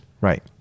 Right